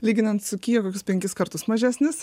lyginant su kija kokius penkis kartus mažesnis